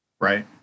Right